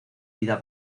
vida